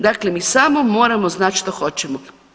Dakle, mi samo moramo znati što hoćemo.